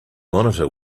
monitor